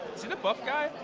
is he the buff guy?